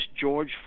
George